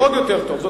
זה נשאר.